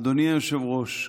אדוני היושב-ראש,